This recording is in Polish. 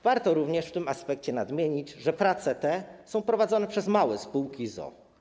Warto również w tym aspekcie nadmienić, że prace te są prowadzone przez małe spółki z o.o.